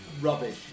Rubbish